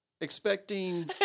expecting